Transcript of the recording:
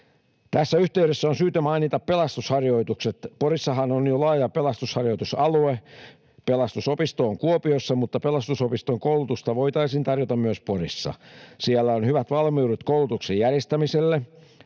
Tässä yhteydessä on syytä mainita pelastusharjoitukset. Porissahan on jo laaja pelastusharjoitusalue. Pelastusopisto on Kuopiossa, mutta Pelastusopiston koulutusta voitaisiin tarjota myös Porissa. Siellä on hyvät valmiudet koulutuksen järjestämiselle.